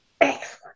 Excellent